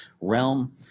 realm